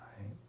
right